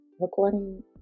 Recording